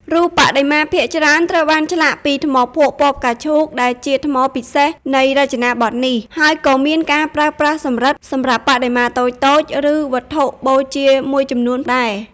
រូបបដិមាភាគច្រើនត្រូវបានឆ្លាក់ពី ថ្មភក់ពណ៌ផ្កាឈូកដែលជាថ្មពិសេសនៃរចនាបថនេះ ហើយក៏មានការប្រើប្រាស់ សំរឹទ្ធិ សម្រាប់បដិមាតូចៗ ឬវត្ថុបូជាមួយចំនួនដែរ។